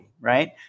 right